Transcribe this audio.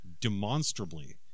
demonstrably